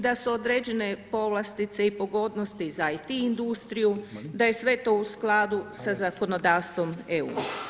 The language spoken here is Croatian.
Da su određene povlastice i pogodnosti za IT industriju, da je sve to u skladu sa zakonodavstvom EU.